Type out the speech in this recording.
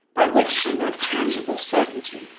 by which she meant tangible certainty,